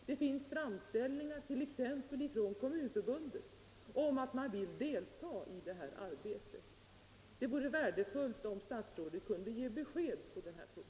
Det finns t.ex. en framställning från Kommunförbundet om att få delta i det arbetet. Det vore som sagt värdefullt om statsrådet kunde ge besked på den punkten.